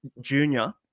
Junior